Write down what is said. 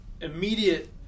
immediate